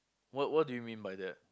what what do you mean by that